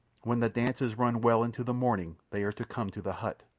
when the dance is run well into the morning they are to come to the hut.